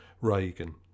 Reagan